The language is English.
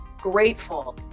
grateful